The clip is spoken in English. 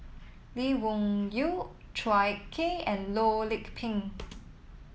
Lee Wung Yew Chua Kay and Loh Lik Peng